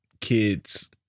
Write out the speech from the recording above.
kids